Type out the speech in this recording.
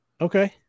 Okay